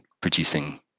producing